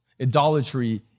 Idolatry